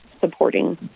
supporting